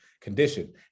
condition